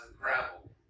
gravel